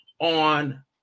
on